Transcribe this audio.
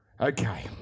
Okay